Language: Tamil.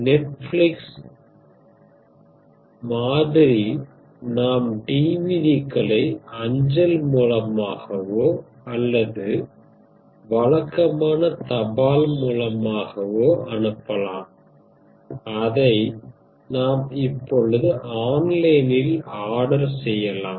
நெட்ஃபிலிக்ஸ் மாதிரி நாம் டிவிட் களை அஞ்சல் மூலமாகவோ அல்லது வழக்கமான தபால் மூலமாகவோ அனுப்பலாம் அதை நாம் இப்பொழுது ஆன்லைனில் ஆர்டர் செய்யலாம்